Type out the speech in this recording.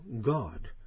God